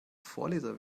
vorleser